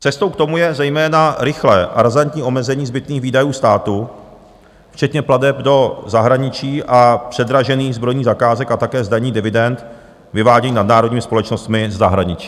Cestou k tomu je zejména rychlé a razantní omezení zbytných výdajů státu, včetně plateb do zahraničí a předražených zbrojních zakázek, a také zdanění dividend vyváděných nadnárodními společnostmi ze zahraničí.